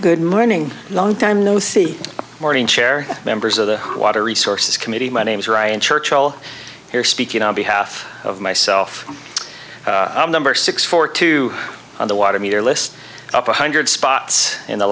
good morning long time no see morning chair members of the water resources committee my name is ryan churchill here speaking on behalf of myself i'm number six for two on the water meter list up one hundred spots in the